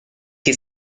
che